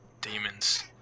demons